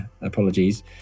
apologies